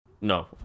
no